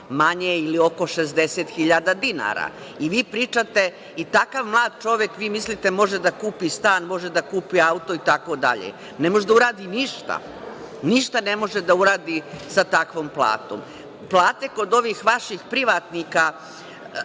manje ili oko 60.000 dinara. I takav mlad čovek, vi mislite, može da kupi stan, može da kupi auto itd. Ne može da uradi ništa. Ništa ne može da uradi sa takvom platom. Plate kod ovih vaših privatnika,